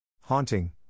Haunting